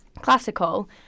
classical